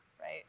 right